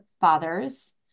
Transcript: fathers